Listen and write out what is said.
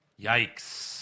Yikes